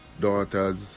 daughters